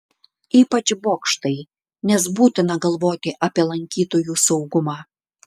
ypač bokštai nes būtina galvoti apie lankytojų saugumą